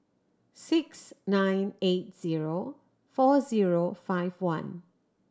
six nine eight zero four zero five one